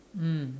mm